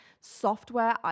software